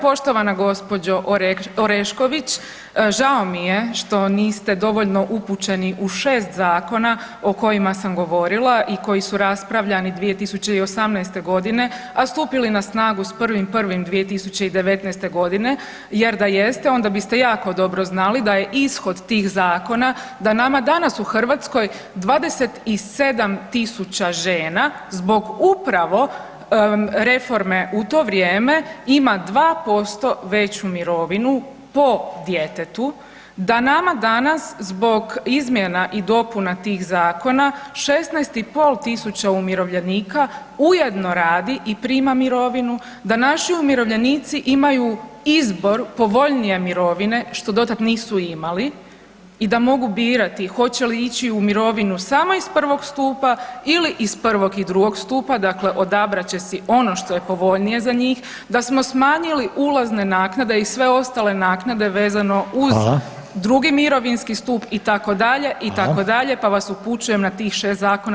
Poštovana gospođo Orešković, žao mi je što niste dovoljno upućeni u šest zakona o kojima sam govorila i koji su raspravljani 2018. godine, a stupili na snagu s 1.1.2019. godine jer da jeste onda biste jako dobro znali da je ishod tih zakona da nama danas u Hrvatskoj 27.000 žena zbog upravo reforme u to vrijeme ima 2% veću mirovinu po djetetu, da nama danas zbog izmjena i dopuna tih zakona 16.500 umirovljenika ujedno radi i prima mirovinu, da naši umirovljenici imaju izbor povoljnije mirovine što dotada nisu imali i da mogu birati hoće li ići u mirovinu samo iz prvog stupa ili iz prvog i drugog stupa, dakle odabrat će si ono što je povoljnije za njih, da smo smanjili ulazne naknade i sve ostale naknade vezano uz [[Upadica: Hvala.]] drugi mirovinski stup itd., itd., pa vas upućujem na tih šest zakona da ih bolje proučite.